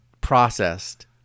processed